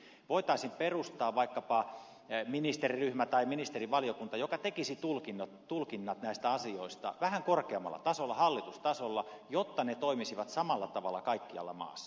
voitaisiin perustaa vaikkapa ministeriryhmä tai ministerivaliokunta joka tekisi tulkinnat näistä asioista vähän korkeammalla tasolla hallitustasolla jotta ne toimisivat samalla tavalla kaikkialla maassa